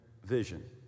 vision